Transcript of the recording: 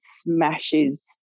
smashes